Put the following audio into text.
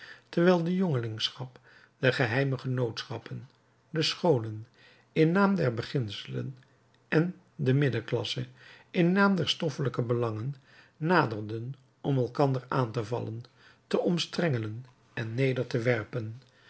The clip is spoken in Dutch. terwijl de jongelingschap de geheime genootschappen de scholen in naam der beginselen en de middelklasse in naam der stoffelijke belangen naderden om elkander aan te vallen te omstrengelen en neder te werpen